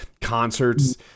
concerts